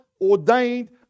ordained